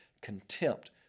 contempt